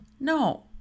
No